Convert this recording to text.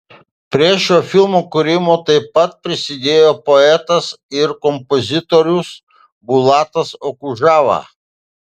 prie šio filmo kūrimo taip pat prisidėjo poetas ir kompozitorius bulatas okudžava